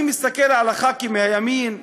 אני מסתכל על חברי הכנסת מהימין,